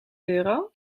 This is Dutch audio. euro